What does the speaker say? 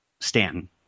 Stanton